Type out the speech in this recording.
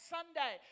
Sunday